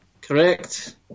Correct